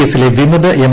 എസിലെ വിമത എം